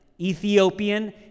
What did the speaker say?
Ethiopian